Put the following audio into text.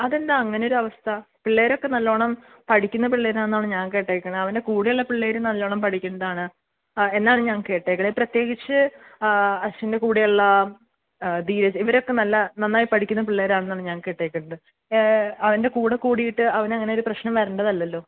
അതെന്താണ് അങ്ങനെ ഒരു അവസ്ഥ പിള്ളേരൊക്കെ നല്ലോണം പഠിക്കുന്ന പിള്ളേർ ആണെന്നാണ് ഞാൻ കേട്ടിരിക്കുന്നത് അവൻ്റെ കൂടെയുള്ള പിള്ളേരും നല്ലോണം പഠിക്കുന്നതാണ് ആ എന്നാണ് ഞാൻ കേട്ടിരിക്കുന്നത് പ്രത്യേകിച്ച് അശ്വിൻ്റെ കൂടെയുള്ള ധീരജ് ഇവരൊക്കെ നല്ല നന്നായി പഠിക്കുന്ന പിള്ളേർ ആണെന്നാണ് ഞാൻ കേട്ടിരിക്കുന്നത് അവൻ്റെ കൂടെ കൂടിയിട്ട് അവന് അങ്ങനെ ഒരു പ്രശ്നം വരേണ്ടതല്ലല്ലോ